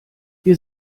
wir